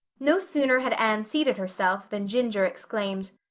no sooner had anne seated herself than ginger exclaimed,